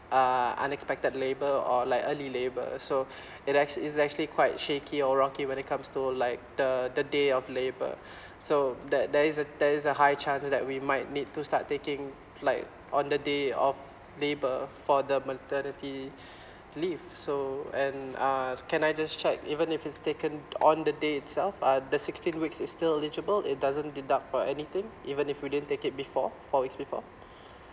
uh unexpected labour or like early labour so it act~ it's actually quite shaky or rocky when it comes to like the the day of labour so there there is a there is a high chance that we might need to start taking like on the day of labour for the maternity leave so and uh can I just check even if it's taken on the day itself are the sixteen weeks is still eligible it doesn't deduct or anything even if we didn't take it before four weeks before